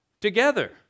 together